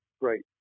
great